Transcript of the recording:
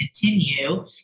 continue